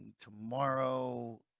Tomorrow